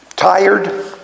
tired